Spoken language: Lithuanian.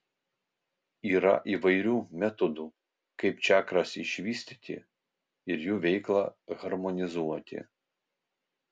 yra įvairių metodų kaip čakras išvystyti ir jų veiklą harmonizuoti